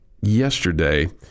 yesterday